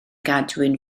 gadwyn